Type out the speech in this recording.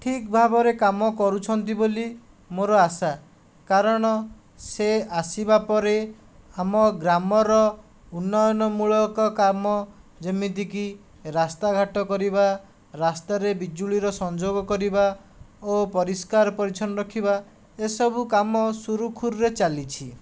ଠିକ ଭାବରେ କାମ କରୁଛନ୍ତି ବୋଲି ମୋର ଆଶା କାରଣ ସେ ଆସିବା ପରେ ଆମ ଗ୍ରାମର ଉନ୍ନୟନମୂଳକ କାମ ଯେମିତିକି ରାସ୍ତାଘାଟ କରିବା ରାସ୍ତାରେ ବିଜୁଳିର ସଂଯୋଗ କରିବା ଓ ପରିଷ୍କାର ପରିଚ୍ଛନ୍ନ ରଖିବା ଏସବୁ କାମ ସୁରୁଖୁରୁରେ ଚାଲିଛି